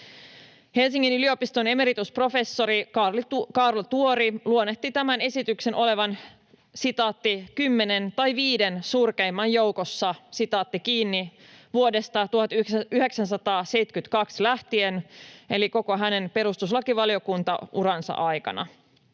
Helsingin yliopiston emeritusprofessori Kaarlo Tuori luonnehti tämän esityksen olevan ”kymmenen tai viiden surkeimman joukossa” vuodesta 1972 lähtien eli koko hänen perustuslakivaliokuntauransa aikana